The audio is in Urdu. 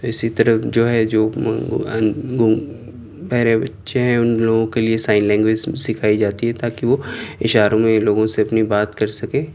اسی طرح جو ہے جو ان بہرے بچّے ہیں ان لوگوں کے لیے سائن لینگویج سکھائی جاتی ہے تا کہ وہ اشاروں میں لوگوں سے اپنی بات کر سکے